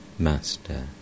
Master